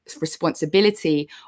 responsibility